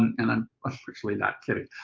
and i'm actually not kidding.